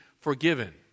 forgiven